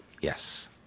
Yes